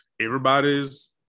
everybody's